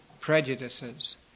prejudices